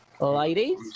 ladies